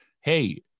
hey